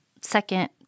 second